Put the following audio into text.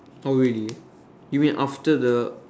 oh really you mean after the